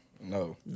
No